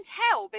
tell